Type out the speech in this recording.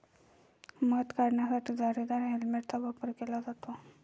मध काढण्यासाठी जाळीदार हेल्मेटचा वापर केला जातो